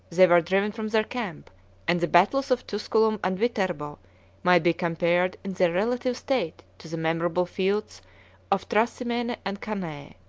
they were driven from their camp and the battles of tusculum and viterbo might be compared in their relative state to the memorable fields of thrasymene and cannae.